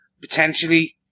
potentially